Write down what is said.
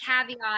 caveat